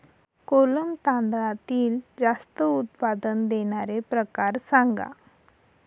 कोलम तांदळातील जास्त उत्पादन देणारे प्रकार सांगा